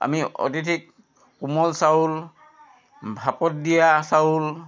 আমি অতিথিক কোমল চাউল ভাপত দিয়া চাউল